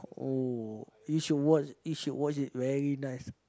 oh you should watch you should watch it very nice